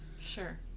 Sure